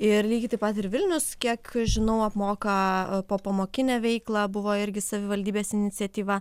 ir lygiai taip pat ir vilnius kiek žinau apmoka popamokinę veiklą buvo irgi savivaldybės iniciatyva